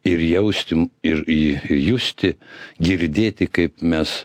ir jausti ir jį justi girdėti kaip mes